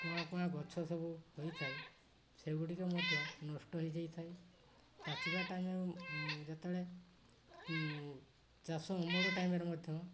କୁଆଁ କୁଆଁ ଗଛ ସବୁ ହୋଇଥାଏ ସେଗୁଡ଼ିକ ମଧ୍ୟ ନଷ୍ଟ ହେଇଯାଇଥାଏ ପାଚିବା ଟାଇମ୍ରେ ଯେତେବେଳେ ଚାଷ ଅମଳ ଟାଇମ୍ରେ ମଧ୍ୟ